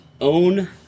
own